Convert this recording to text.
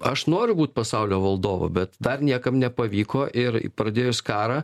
aš noriu būt pasaulio valdovu bet dar niekam nepavyko ir pradėjus karą